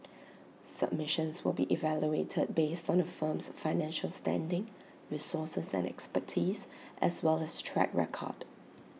submissions will be evaluated based on A firm's financial standing resources and expertise as well as track record